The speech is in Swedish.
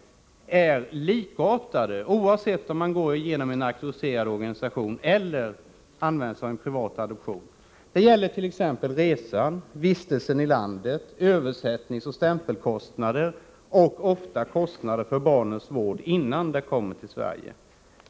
— är likartade, oavsett om man går genom en auktoriserad organisation eller använder sig av privat adoption. Det gäller t.ex. resan, vistelsen i landet, översättningsoch stämpelkostnader och ofta kostnader för barnets vård innan det kommer till Sverige.